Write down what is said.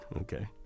Okay